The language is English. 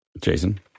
Jason